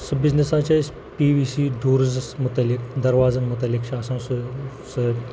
سُہ بِزنٮ۪س حظ چھِ أسۍ پی وی سی ڈورزَس متعلق دَروازَن متعلق چھِ آسان سُہ سُہ